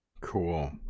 cool